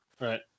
right